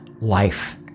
life